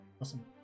awesome